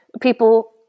people